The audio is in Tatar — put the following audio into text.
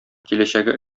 киләчәге